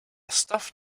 stuffed